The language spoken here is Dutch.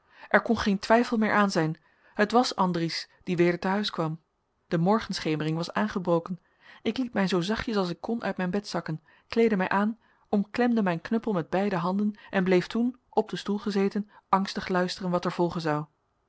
er kon geen twijfel meer aan zijn het was andries die weder te huis kwam de morgenschemering was aangebroken ik liet mij zoo zachtjes als ik kon uit mijn bed zakken kleedde mij aan omklemde mijn knuppel met beide handen en bleef toen op den stoel gezeten angstig luisteren wat er volgen zou